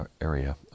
area